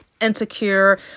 insecure